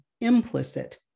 implicit